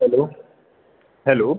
hello hello